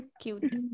cute